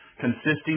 consisting